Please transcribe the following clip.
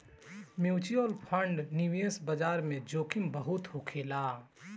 mutual fund निवेश बाजार में जोखिम बहुत होखेला